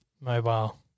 Mobile